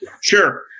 Sure